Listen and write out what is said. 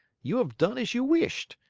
you have done as you wished.